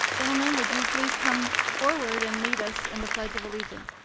gentlemen, would you please come forward and lead us in the pledge of allegiance?